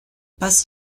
passe